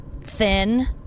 thin